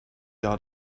out